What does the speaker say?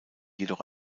jedoch